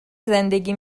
زندگی